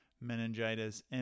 meningitis